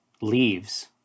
leaves